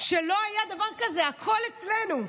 שלא היה דבר כזה, הכול אצלנו.